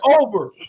over